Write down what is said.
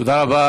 תודה רבה.